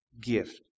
gift